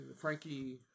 Frankie